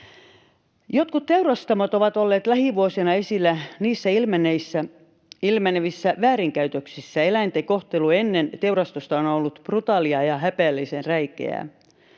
Jotkut teurastamot ovat olleet lähivuosina esillä. Niissä ilmenneissä väärinkäytöksissä eläinten kohtelu ennen teurastusta on ollut brutaalia ja häpeällisen räikeää,